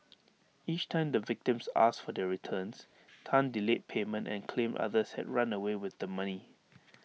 each time the victims asked for their returns Tan delayed payment and claimed others had run away with the money